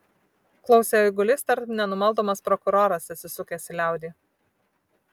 klausė eigulys tartum nenumaldomas prokuroras atsisukęs į liaudį